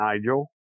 Nigel